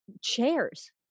chairs